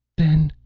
then